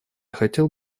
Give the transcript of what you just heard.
хотел